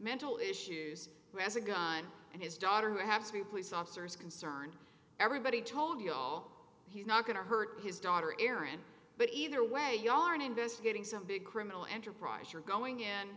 mental issues reza gun and his daughter have to be police officers concerned everybody told you all he's not going to hurt his daughter erin but either way you are in investigating some big criminal enterprise you're going in